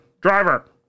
driver